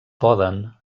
poden